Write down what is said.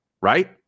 right